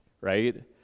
right